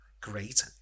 great